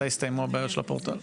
מתי יסתיימו הבעיות של הפורטל?